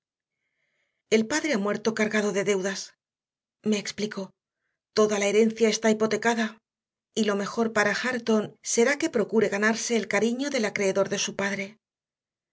el padre ha muerto cargado de deudas me explicótoda la herencia está hipotecada y lo mejor para hareton será que procure ganarse el cariño del acreedor de su padre